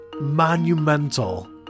monumental